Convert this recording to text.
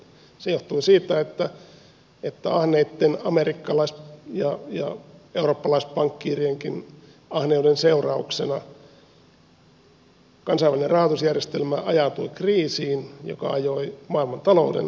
se johtuu siitä että amerikkalais ja eurooppalaispankkiirienkin ahneuden seurauksena kansainvälinen rahoitusjärjestelmä ajautui kriisiin joka ajoi maailmantalouden kriisiin